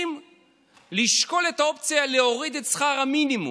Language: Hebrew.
שרוצים לשקול את האופציה להוריד את שכר המינימום.